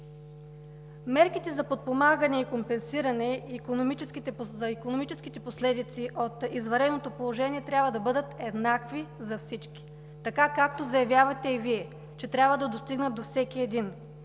Мерките за подпомагане и компенсиране на икономическите последици от извънредното положение трябва да бъдат еднакви за всички – така, както заявявате и Вие, че трябва да достигнат до всеки един.